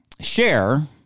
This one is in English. share